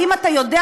האם אתה יודע,